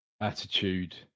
attitude